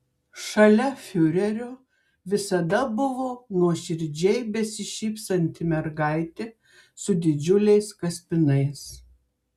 šalia fiurerio visada buvo nuoširdžiai besišypsanti mergaitė su didžiuliais kaspinais